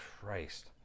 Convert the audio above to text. Christ